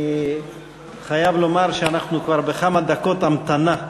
אני חייב לומר שאנחנו כבר בכמה דקות המתנה.